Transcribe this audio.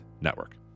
Network